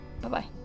Bye-bye